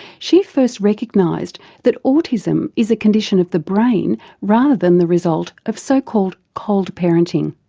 she first recognised that autism is a condition of the brain rather than the result of so-called cold parenting.